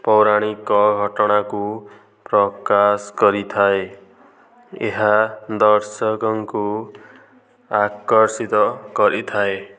ପୌରାଣିକ ଘଟଣାକୁ ପ୍ରକାଶ କରିଥାଏ ଏହା ଦର୍ଶକଙ୍କୁ ଆକର୍ଷିତ କରିଥାଏ